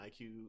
IQ